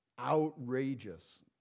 Outrageous